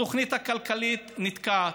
התוכנית הכלכלית נתקעת.